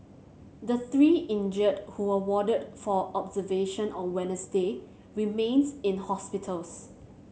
the three injured who were warded for observation on Wednesday remains in hospitals